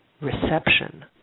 reception